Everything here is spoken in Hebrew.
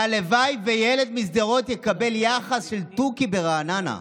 הלוואי שילד משדרות יקבל יחס של תוכי מרעננה.